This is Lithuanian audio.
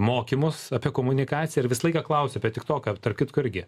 mokymus apie komunikaciją ir visą laiką klausiu apie tiktoką tarp kitko irgi